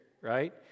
right